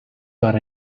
got